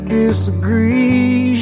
disagree